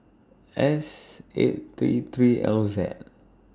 S eight three three L Z